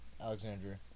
Alexandria